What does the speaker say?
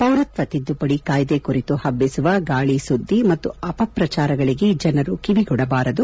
ಪೌರತ್ನ ತಿದ್ದುಪಡಿ ಕಾಯ್ದೆ ಕುರಿತು ಹಬ್ಬಿಸುವ ಗಾಳಿ ಸುದ್ದಿ ಮತ್ತು ಅಪಪ್ರಚಾರಗಳಿಗೆ ಜನರು ಕಿವಿಗೊಡಬಾರದು